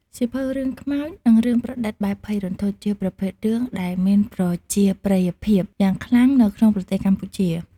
សៀវភៅរឿងខ្មោច និងរឿងប្រឌិតបែបភ័យរន្ធត់ ជាប្រភេទរឿងដែលមានប្រជាប្រិយភាពយ៉ាងខ្លាំងនៅក្នុងប្រទេសកម្ពុជា។